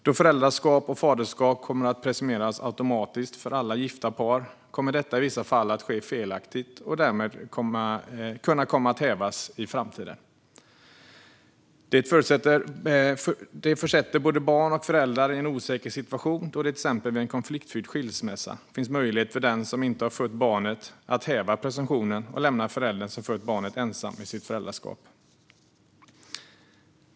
Då föräldraskap och faderskap kommer att presumeras automatiskt för alla gifta par kommer detta i vissa fall att ske felaktigt och därmed kunna komma att hävas i framtiden. Det försätter både barn och föräldrar i en osäker situation, då det till exempel vid en konfliktfylld skilsmässa finns möjlighet för den som inte har fött barnet att häva presumtionen och lämna föräldern som fött barnet ensam i sitt föräldraskap.